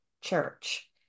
church